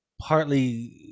partly